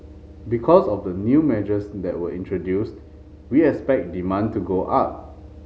because of the new measures that were introduced we expect demand to go up